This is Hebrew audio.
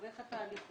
איך התהליך עובד?